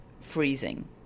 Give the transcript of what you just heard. freezing